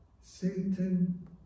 Satan